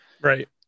Right